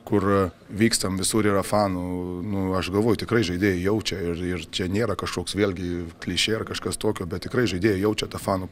kur vykstam visur yra fanų nu aš galvoju tikrai žaidėjai jaučia ir ir čia nėra kažkoks vėlgi klišė ar kažkas tokio bet tikrai žaidėjai jaučia tą fanų